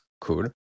cool